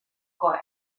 koi